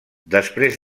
després